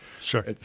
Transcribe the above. Sure